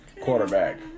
Quarterback